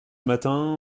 matin